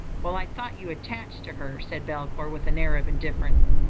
while i thought you attached to her, said belcour with an air of indifference,